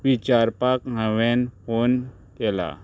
विचारपाक हांवेंन फोन केला